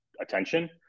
attention